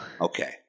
Okay